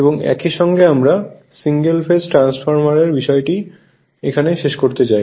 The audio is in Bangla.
এবং একই সঙ্গে আমরা সিঙ্গেল ফেজ ট্রান্সফরমার এর বিষয়টি এখানেই শেষ করতে চাই